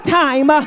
time